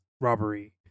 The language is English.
robbery